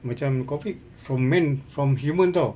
macam COVID from men from human tahu